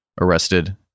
arrested